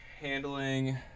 handling